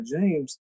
James